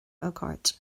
ócáid